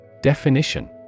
Definition